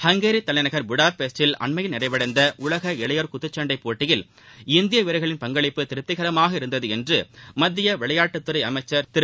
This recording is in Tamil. ஹங்கோி தலைநகர் புடாபெஸ்ட்டில் அண்மையில் நிறைவடைந்த உலக இளையோர் குத்துச்சண்டை போட்டியில் இந்திய வீரர்களின் பங்களிப்பு திருப்திகரமாக இருந்தது என்று மத்திய விளையாட்டுத்துறை அமைச்சர் திரு